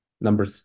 Number